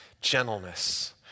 gentleness